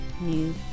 new